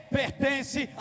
pertence